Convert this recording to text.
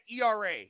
era